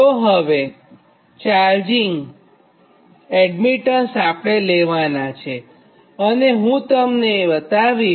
તો હવેચાર્જિંગ એડમીટન્સ આપણે લેવાનાં છે અને એ હું તમને બતાવીશ